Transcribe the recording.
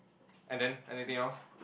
and then anything else